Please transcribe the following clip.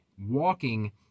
walking